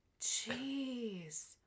Jeez